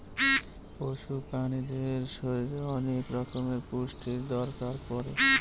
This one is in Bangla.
পশু প্রাণীদের শরীরে অনেক রকমের পুষ্টির দরকার পড়ে